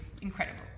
incredible